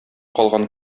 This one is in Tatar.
калган